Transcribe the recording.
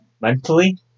Mentally